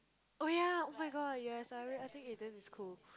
oh yea oh-my-god yes I really I think eh this cool